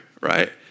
right